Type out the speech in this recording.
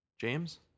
James